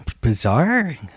bizarre